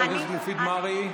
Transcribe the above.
חבר הכנסת מופיד מרעי,